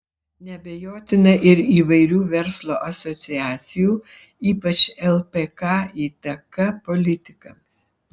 neabejotina ir įvairių verslo asociacijų ypač lpk įtaka politikams